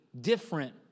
different